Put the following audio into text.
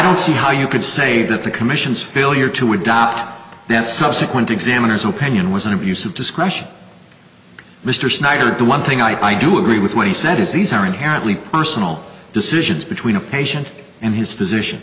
don't see how you could say that the commission's failure to adopt that subsequent examiners opinion was an abuse of discretion mr snyder the one thing i do agree with what he said is these are inherently personal decisions between a patient and his p